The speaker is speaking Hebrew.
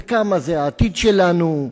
כמה זה העתיד שלנו,